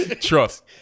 Trust